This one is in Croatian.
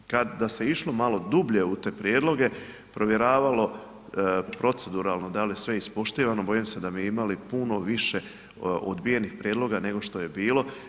Da se išlo malo dublje u te prijedloge provjeravalo proceduralno da li je sve ispoštivano, bojim se da bi imali puno više odbijenih prijedloga nego što je bilo.